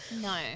No